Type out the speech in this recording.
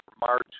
March